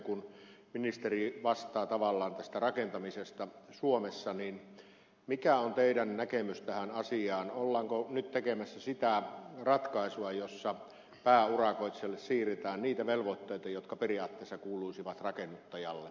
kun ministeri vastaa tavallaan tästä rakentamisesta suomessa niin mikä on teidän näkemyksenne tähän asiaan ollaanko nyt tekemässä sitä ratkaisua jossa pääurakoitsijalle siirretään niitä velvoitteita jotka periaatteessa kuuluisivat rakennuttajalle